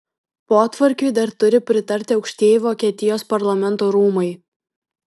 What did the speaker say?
potvarkiui dar turi pritarti aukštieji vokietijos parlamento rūmai